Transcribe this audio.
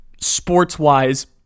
sports-wise